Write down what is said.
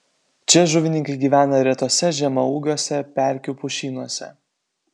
čia žuvininkai gyvena retuose žemaūgiuose pelkių pušynuose